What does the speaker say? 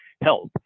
health